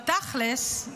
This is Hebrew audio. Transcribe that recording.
בתכלס,